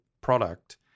product